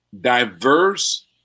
diverse